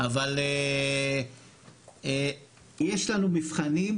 אבל יש לנו מבחנים,